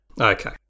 Okay